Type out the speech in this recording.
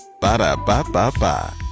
Ba-da-ba-ba-ba